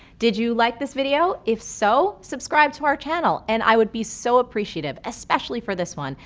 did you like this video? if so, subscribe to our channel and i would be so appreciative, especially for this one,